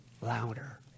louder